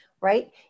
right